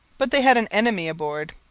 but they had an enemy abroad.